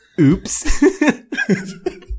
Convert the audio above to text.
oops